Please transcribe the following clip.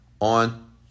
on